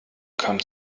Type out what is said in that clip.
kam